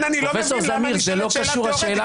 פרופ' זמיר, זה לא קשור לשאלה שלך.